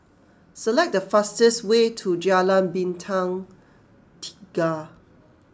select the fastest way to Jalan Bintang Tiga